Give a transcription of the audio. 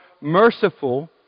merciful